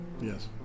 Yes